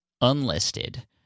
unlisted